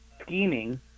scheming